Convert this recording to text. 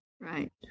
Right